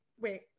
wait